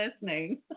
listening